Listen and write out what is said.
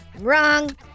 Wrong